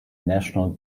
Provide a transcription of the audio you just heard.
national